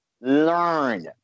learn